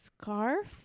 Scarf